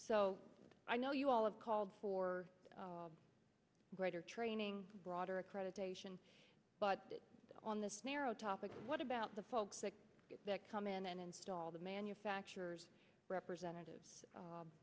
so i know you all of called for greater training broader accreditation but on this narrow topic what about the folks that come in and install the manufacturer's representatives